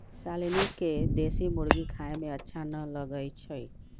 शालनी के देशी मुर्गी खाए में अच्छा न लगई छई